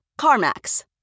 CarMax